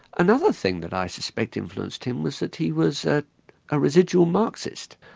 another thing that i suspect influenced him was that he was a ah residual marxist.